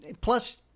Plus